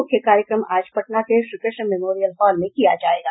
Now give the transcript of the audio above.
मुख्य कार्यक्रम आज पटना के श्रीकृष्ण मेमोरियल हॉल में आयोजित होगा